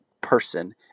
person